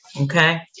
Okay